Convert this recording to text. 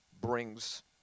brings